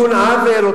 תיקון עוול או